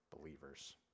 believers